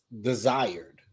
desired